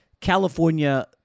California